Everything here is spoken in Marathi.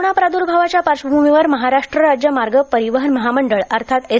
कोरोना प्रादर्भावाच्या पार्श्वभूमीवर महाराष्ट्र राज्य मार्ग परिवहन महामंडळ अर्थात एस